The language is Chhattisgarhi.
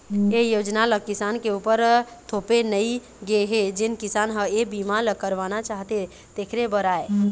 ए योजना ल किसान के उपर थोपे नइ गे हे जेन किसान ह ए बीमा ल करवाना चाहथे तेखरे बर आय